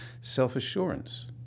self-assurance